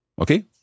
Okay